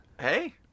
Hey